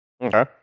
Okay